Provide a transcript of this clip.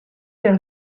vers